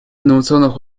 инновационных